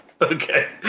Okay